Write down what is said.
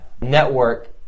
network